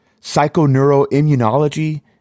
psychoneuroimmunology